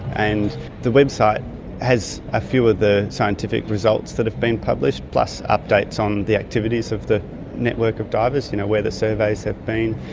and the website has a few of the scientific results that have been published, plus updates on the activities of the network of divers, you know where the surveys have been.